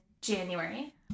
January